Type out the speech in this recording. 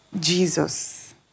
Jesus